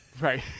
right